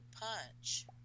punch